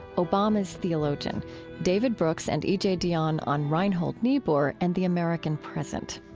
obama's theologian david brooks and e j. dionne on reinhold niebuhr and the american present.